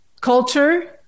culture